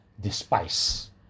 despise